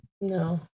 No